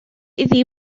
iddi